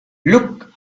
look